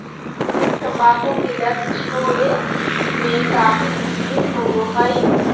तंबाकू की लत छोड़े में काफी मुश्किल होबो हइ